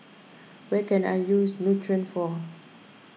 where can I use Nutren for